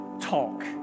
talk